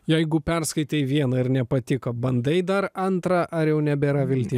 jeigu perskaitei vieną ir nepatiko bandai dar antrą ar jau nebėra viltie